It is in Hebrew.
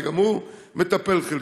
שגם הוא מטפל חלקית,